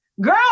girl